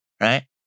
right